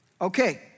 Okay